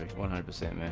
one percent